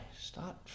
Start